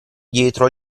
dietro